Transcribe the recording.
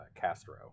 Castro